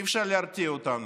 אי-אפשר להרתיע אותנו.